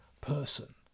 person